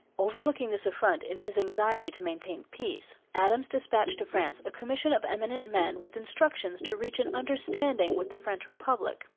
overlooking this affront in his anxiety to maintain peace, adams dispatched to france a commission of eminent men with instructions to reach an understanding with the french republic.